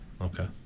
okay